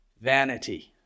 vanity